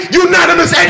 unanimous